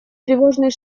тревожный